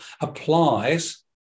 applies